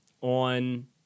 on